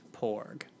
Porg